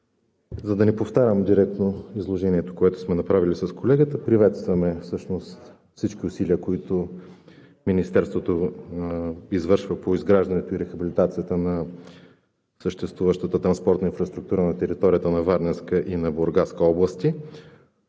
За да не повтарям директно изложението, което сме направили с колегата, приветстваме всички усилия, които Министерството извършва по изграждането и рехабилитацията на съществуващата транспортна инфраструктура на територията на Варненска и Бургаска области.